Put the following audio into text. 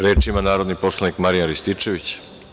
Reč ima narodni poslanik Marijan Rističević.